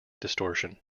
distortion